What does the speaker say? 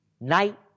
night